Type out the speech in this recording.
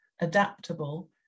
adaptable